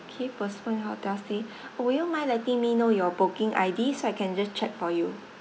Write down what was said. K postpone hotel stay would you mind letting me know your booking I_D so I can just check for you